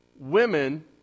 women